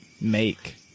make